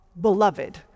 Beloved